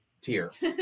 tears